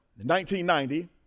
1990